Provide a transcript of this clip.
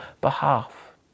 behalf